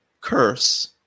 curse